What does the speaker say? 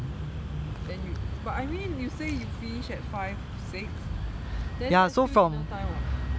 then you but I mean you say you finish at five six then that's still dinner time [what]